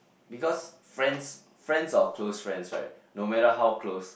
because friends friends or close friends right no matter how close